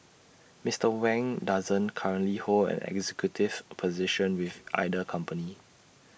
Mister Wang doesn't currently hold an executive position with either company